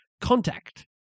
contact